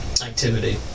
activity